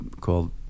called